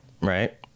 Right